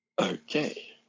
Okay